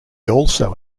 also